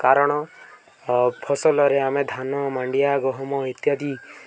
କାରଣ ଫସଲରେ ଆମେ ଧାନ ମାଣ୍ଡିଆ ଗହମ ଇତ୍ୟାଦି